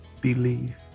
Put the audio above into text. believe